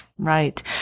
right